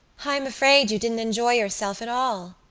i am afraid you didn't enjoy yourself at all,